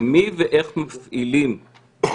מי ואיך מפעילים את זה.